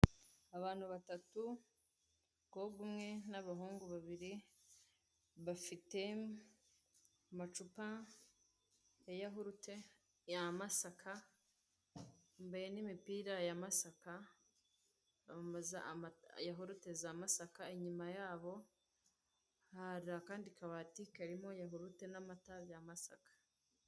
Abantu batatu; umukobwa umwe n'abahungu babiri, bafite amacupa ya yahurute ya Masaka, bambaye n'imipira ya Masaka, bamamaza yahurute za Masaka, inyuma yabo hari akandi kabati karimo yahurute n'amata bya Masaka.